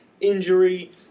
Injury